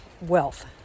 wealth